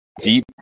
deep